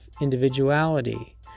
individuality